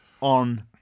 on